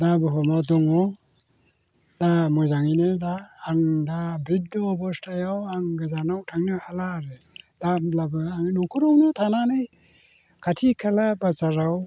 दा घन' दङ दा मोजाङैनो दा आं दा बिध' अबस्थायाव आं गोजानाव थांनो हाला आरो दा होमब्लाबो आङो न'खरावनो थानानै खाथि खाला बाजाराव